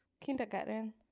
kindergarten